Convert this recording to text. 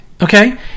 okay